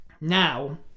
now